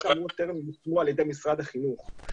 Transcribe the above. האלה טרם יושמו על ידי משרד החינוך.